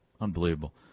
unbelievable